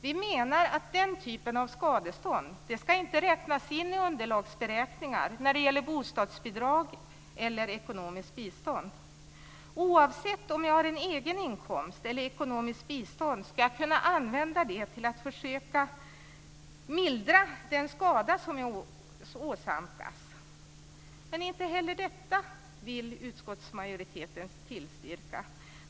Vi menar att den typen av skadestånd inte ska räknas in i underlagsberäkningar när det gäller bostadsbidrag eller ekonomiskt bistånd. Oavsett om man har en egen inkomst eller ekonomiskt bistånd ska man kunna använda det till att försöka mildra den skada som man åsamkats. Inte heller detta vill utskottsmajoriteten tillstyrka.